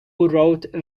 wrote